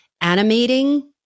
animating